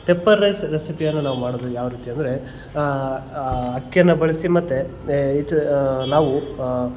pepper rice ರೆಸಿಪಿಯನ್ನು ನಾವು ಮಾಡೋದು ಯಾವ ರೀತಿ ಅಂದರೆ ಅಕ್ಕಿಯನ್ನು ಬಳಸಿ ಮತ್ತೆ ಇದು ನಾವು